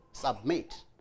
Submit